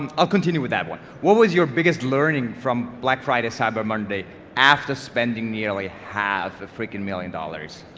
um i'll continue with that one. what was your biggest learning from black friday cyber monday after spending nearly half a freaking million dollars?